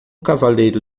cavaleiro